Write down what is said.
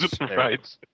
Right